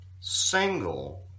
single